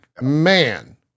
man